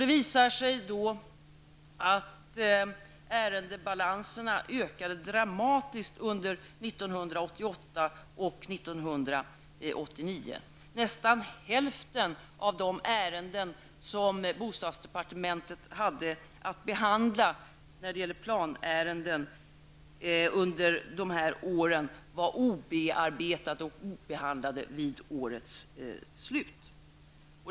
Det visar sig då att ärendebalanserna ökade dramatiskt under 1988 och 1989. Nästan hälften av de ärenden som bostadsdepartementet hade att behandla när det gäller planärenden under de här åren var obearbetade och obehandlade vid årets slut.